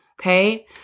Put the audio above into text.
okay